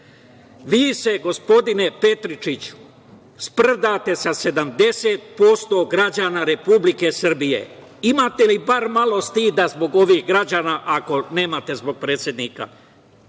se, gospodine Petričiću, sprdate sa 70% građana Republike Srbije. Imate li bar malo stida zbog ovih građana, ako nemate zbog predsednika